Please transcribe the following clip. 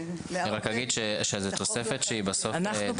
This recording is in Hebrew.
אני רק אגיד שזאת תוספת שבסופו של דבר היא די טכנית.